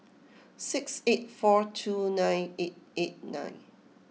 six eight four two nine eight eight nine